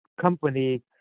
company